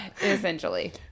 Essentially